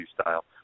style